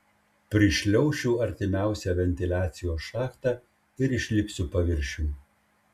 prišliaušiu artimiausią ventiliacijos šachtą ir išlipsiu paviršiun